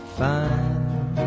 fine